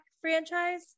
franchise